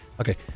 Okay